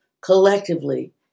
collectively